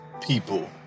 people